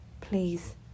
please